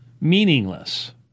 meaningless